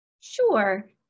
Sure